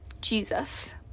Jesus